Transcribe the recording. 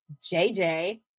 JJ